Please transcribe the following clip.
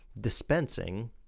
dispensing